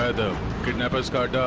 ah the kidnappers